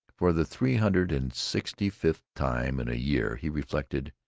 for the three-hundred-and-sixty-fifth time in a year he reflected,